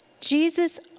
Jesus